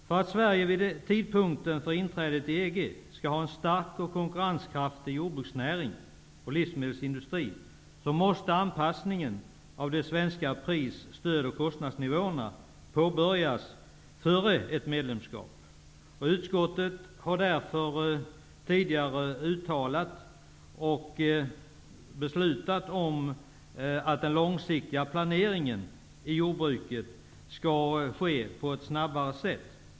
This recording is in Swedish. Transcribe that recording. För att Sverige vid tidpunkten för inträdet i EG skall ha en stark och konkurrenskraftig jordbruksnäring och livsmedelsindustri måste anpassningen av de svenska pris-, stöd och kostnadsnivåerna påbörjas före ett medlemskap. Utskottet har därför tidigare uttalat och beslutat om att den långsiktiga planeringen i jordbruket skall ske på ett snabbare sätt.